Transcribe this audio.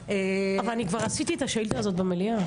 --- אבל אני כבר עשיתי את השאילתה הזאת במליאה,